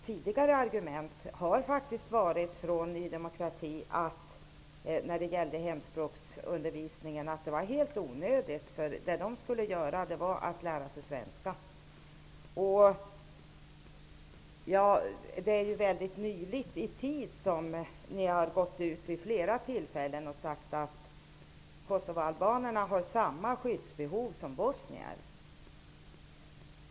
Tidigare argument från Ny demokrati har faktiskt varit att hemspråksundervisningen var helt onödig, eftersom det språk som barnen behövde lära sig var det svenska. Helt nyligen har Ny demokrati vid ett flertal tillfällen gått ut med påståenden att kosovoalbanerna har samma skyddsbehov som bosnier.